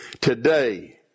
Today